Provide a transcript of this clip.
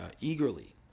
eagerly